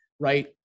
Right